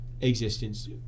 existence